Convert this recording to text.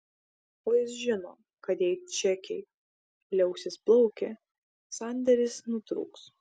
o jis žino kad jei čekiai liausis plaukę sandėris nutrūks